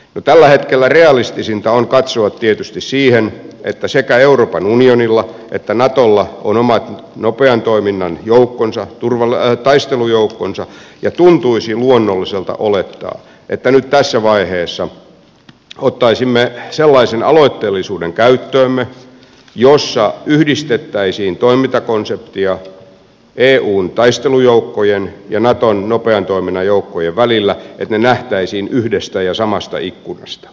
no tällä hetkellä realistisinta on katsoa tietysti siihen että sekä euroopan unionilla että natolla on omat nopean toiminnan taistelujoukkonsa ja tuntuisi luonnolliselta olettaa että nyt tässä vaiheessa ottaisimme sellaisen aloitteellisuuden käyttöömme jossa yhdistettäisiin toimintakonseptia eun taistelujoukkojen ja naton nopean toiminnan joukkojen välillä että ne nähtäisiin yhdestä ja samasta ikkunasta